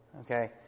Okay